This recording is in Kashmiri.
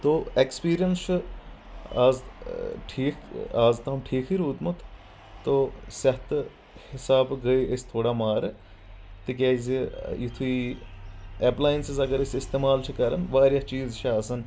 تو ایٚکٕسپیرنٕس چھ آز ٹھیک اَز تام ٹھیکٕے رودمُت تو صحتہٕ حساب گٔے أسۍ تھوڑا مارٕ تِکیٲزِ یُتھٕے ایٚپلینسِز اگر أسۍ استعمال چھ کران واریاہ چیز چھ آسان